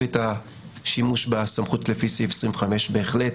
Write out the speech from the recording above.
את השימוש בסמכות לפי סעיף 25 הוא בהחלט